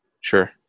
sure